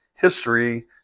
history